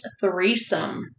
threesome